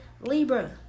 Libra